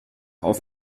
auf